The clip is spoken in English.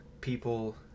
people